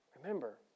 Remember